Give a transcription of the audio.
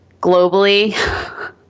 globally